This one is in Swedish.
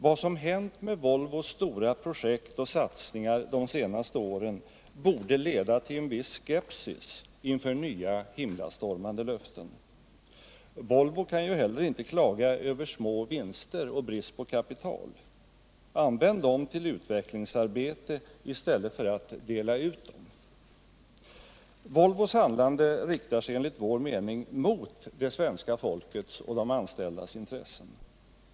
Vad som hänt med Volvos stora projekt och satsningar de senaste åren borde leda till en viss skepsis inför nya himlastormande löften. Volvo kan ju inte heller klaga över små vinster och brist på kapital. Använd dem till utvecklingsarbete i stället för att dela ut dem. Volvos handlande riktar sig enligt vår mening mot det svenska folkets och de anställdas intressen.